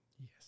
Yes